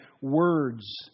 words